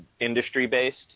industry-based